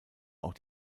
auch